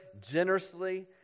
generously